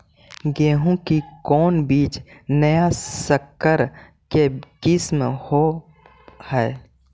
गेहू की कोन बीज नया सकर के किस्म होब हय?